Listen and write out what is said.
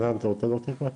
חנן אתה רוצה להוסיף משהו?